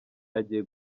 agiye